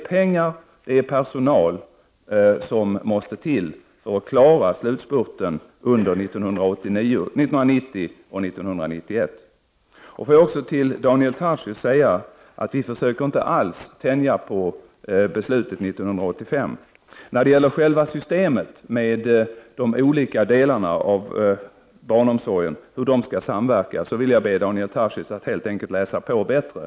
Både pengar och personal måste till för att man skall kunna klara slutspurten under 1990 och 1991. Till Daniel Tarschys vill jag säga att vi inte alls försöker tänja på beslutet från 1985. När det gäller själva systemet med de olika delarna av barnomsorgen och hur dessa skall samverka ber jag Daniel Tarschys att helt enkelt läsa på bättre.